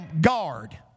Guard